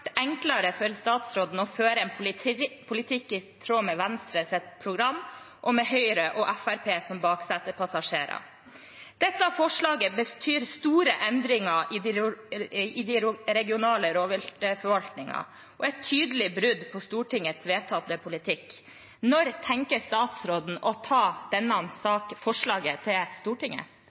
enklere for statsråden å føre en politikk i tråd med Venstres program og med Høyre og Fremskrittspartiet som baksetepassasjerer. Dette forslaget betyr store endringer i de regionale rovviltforvaltningene og er et tydelig brudd på Stortingets vedtatte politikk. Når tenker statsråden å ta dette forslaget til Stortinget?